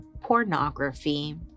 pornography